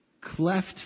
Cleft